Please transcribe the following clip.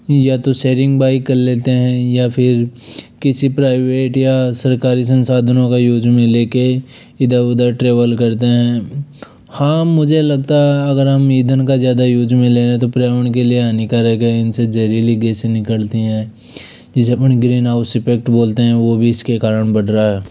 या तो sharing bike कर लेते हैं या फिर किसी प्राइवेट या सरकारी संसाधनों का यूज़ में लेकर इधर उधर ट्रैवल करते हैं हाँ मुझे लगता है अगर हम ईंधन का ज़्यादा यूज़ में ले तो पर्यावरण के लिए हानिकारक है इनसे जहरीली गैसें निकलती है जिसे अपन ग्रीन हाउस इफेक्ट बोलते हैं वह भी इसके कारण बढ़ रहा है